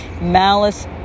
Malice